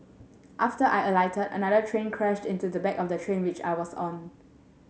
after I alighted another train crashed into the back of the train which I was on